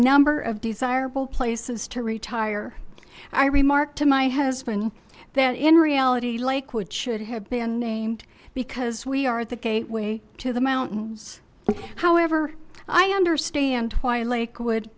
number of desirable places to retire i remarked to my husband that in reality lakewood should have been named because we are the gateway to the mountains however i understand why a lake wo